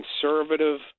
conservative